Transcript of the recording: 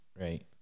right